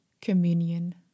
communion